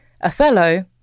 Othello